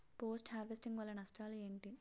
Post harvesting వల్ల నష్టాలు ఏంటి?